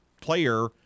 player